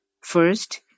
First